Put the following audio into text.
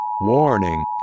Warning